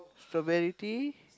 strawberry tea